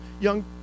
young